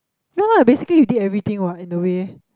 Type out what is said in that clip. no lah basically you did everything what in the way